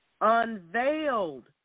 unveiled